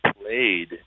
played